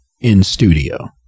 in-studio